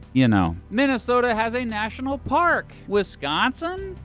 you know. minnesota has a national park. wisconsin?